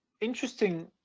Interesting